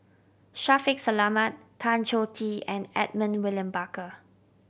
Shaffiq Selamat Tan Choh Tee and Edmund William Barker